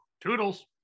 Toodles